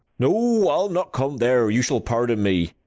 no, i'll not come there you shall pardon me.